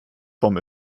vom